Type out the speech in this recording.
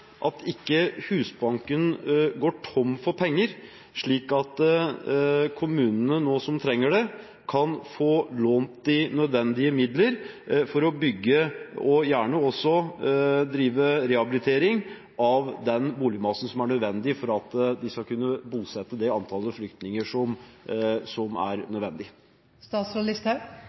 at ikke Husbanken går tom for penger, slik at kommunene som nå trenger det, kan få lånt de nødvendige midler for å bygge og gjerne også drive rehabilitering av den boligmassen som er nødvendig, for at de skal kunne bosette det antallet flyktninger som er